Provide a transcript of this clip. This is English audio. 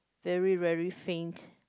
very very faint